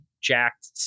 jacked